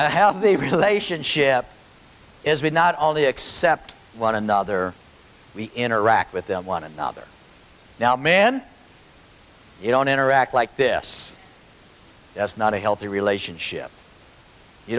a healthy relationship is with not all the except one another we interact with them one another now men you don't interact like this it's not a healthy relationship you